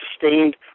sustained